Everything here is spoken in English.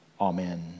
Amen